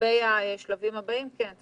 לגבי השלבים הבאים כן,